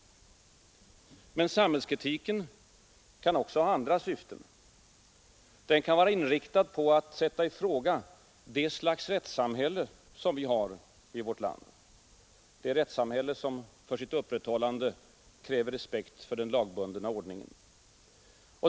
Men sambhällskritiken kan också ha andra syften. Den kan vara inriktad på att sätta i fråga det slags rättssamhälle som vi har i vårt land, det rättsamhälle som för sitt upprätthållande kräver respekt för den lagbundna ordningen.